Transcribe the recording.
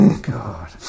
God